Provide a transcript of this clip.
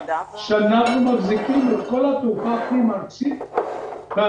שאנחנו מחזיקים את כל התעופה הפנים-ארצית אבל